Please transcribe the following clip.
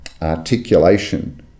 articulation